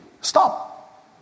stop